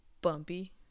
Bumpy